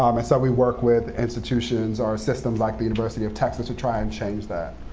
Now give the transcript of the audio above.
um so we work with institutions or systems like the university of texas to try and change that.